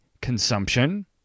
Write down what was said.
consumption